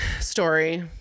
story